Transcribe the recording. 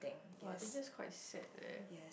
[wah] I think that's quite sad leh